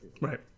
right